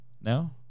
No